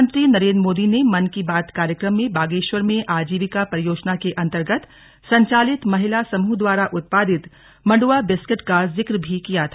प्रधानमंत्री नरेंद्र मोदी ने मन की बात कार्यक्रम में बागेश्वर में आजीविका परियोजना के अंतर्गत संचालित महिला समूह द्वारा उत्पादित मंडुवा बिस्किट का जिक्र भी किया था